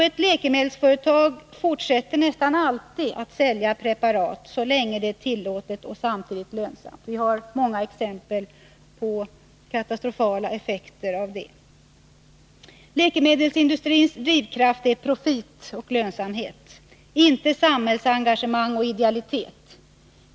Ett läkemedelsföretag fortsätter nästan alltid att sälja ett preparat så länge det är tillåtet och samtidigt lönsamt. Vi har många exempel på katastrofala effekter av det. Läkemedelsindustrins drivkraft är profit och lönsamhet, inte samhällsengagemang och idealitet.